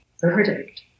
verdict